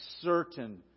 certain